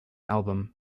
album